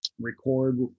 record